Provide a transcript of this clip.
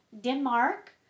Denmark